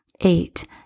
eight